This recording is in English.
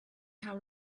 how